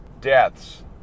deaths